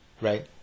right